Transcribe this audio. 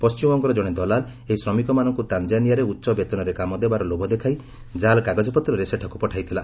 ପଶ୍ଚିମବଙ୍ଗର ଜଣେ ଦଲାଲ ଏହି ଶ୍ରମିକମାନଙ୍କୁ ତାଞ୍ଜାନିଆରେ ଉଚ୍ଚ ବେତନରେ କାମ ଦେବାର ଲୋଭ ଦେଖାଇ ଜାଲ୍ କାଗଜପତ୍ରରେ ସେଠାକୁ ପଠାଇଥିଲା